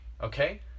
okay